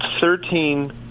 Thirteen